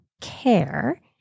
care